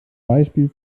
beispiel